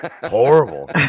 Horrible